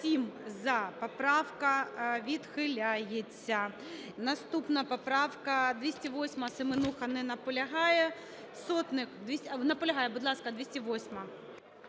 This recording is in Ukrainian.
За-77 Поправка відхиляється. Наступна поправка – 208, Семенуха. Не наполягає. Сотник. А, наполягає? Будь ласка, 208-а.